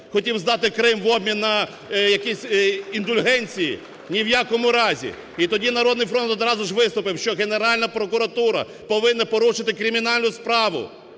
Хотів здати Крим в обмін на якісь індульгенції?! Ні в якому разі! І тоді "Народний фронт" одразу ж виступив, що Генеральна прокуратура повинна порушити кримінальну справу